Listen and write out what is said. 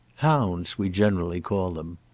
hounds, we generally call them.